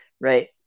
Right